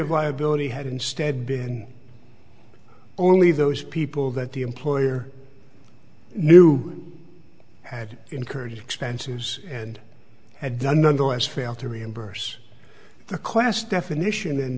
of liability had instead been only those people that the employer new had encouraged expenses and had done nonetheless fail to reimburse the class definition